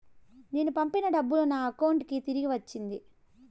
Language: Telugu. నేను పంపిన డబ్బులు నా అకౌంటు కి తిరిగి వచ్చింది